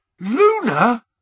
Luna